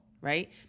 right